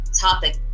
topic